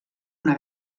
una